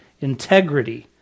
integrity